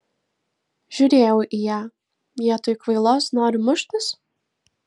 žiūrėjau į ją vietoj kvailos nori muštis